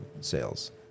sales